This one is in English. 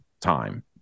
time